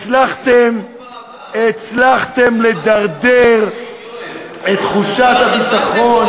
הצלחתם לדרדר את תחושת הביטחון,